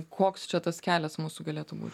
koks čia tas kelias mūsų galėtų būt